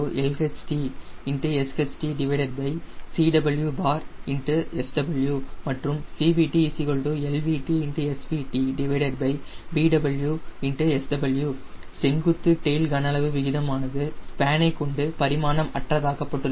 CHT LHTSHT cwSW மற்றும் CVT LVTSVT bWSW செங்குத்து tail கன அளவு விகிதமானது ஸ்பேனைக்கொண்டு பரிமாணம் அற்றதாக்கப்பட்டுள்ளது